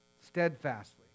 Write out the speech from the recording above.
Steadfastly